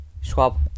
Schwab